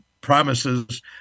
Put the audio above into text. promises